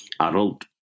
adult